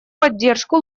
поддержку